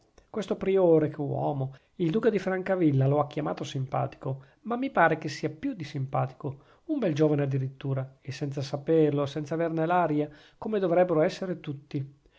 questo priore che uomo il duca di francavilla lo ha chiamato simpatico ma mi pare che sia più di simpatico un bel giovane addirittura e senza saperlo senza averne l'aria come dovrebbero esser tutti